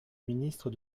ministre